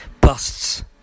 busts